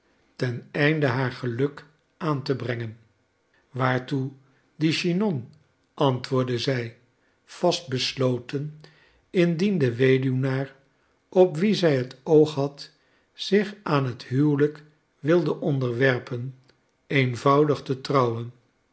ten einde haar geluk aan te brengen waartoe die chignon antwoordde zij vast besloten indien de weduwnaar op wien zij het oog had zich aan het huwelijk wilde onderwerpen eenvoudig te trouwen